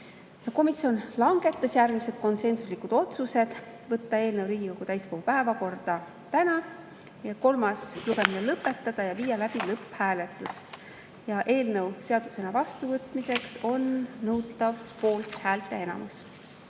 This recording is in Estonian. Komisjon langetas järgmised konsensuslikud otsused. Võtta eelnõu Riigikogu täiskogu päevakorda täna, kolmas lugemine lõpetada ja viia läbi lõpphääletus. Eelnõu seadusena vastuvõtmiseks on nõutav poolthäälte enamus.